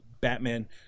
Batman